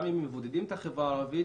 גם אם מבודדים את החברה הערבית,